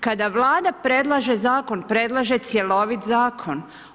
Kada Vlada predlaže zakon, predlaže cjelovit zakon.